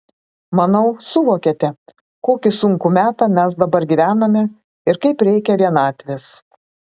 manau suvokiate kokį sunkų metą mes dabar gyvename ir kaip reikia vienatvės